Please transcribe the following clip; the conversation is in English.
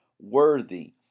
worthy